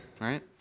Right